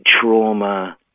trauma